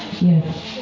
Yes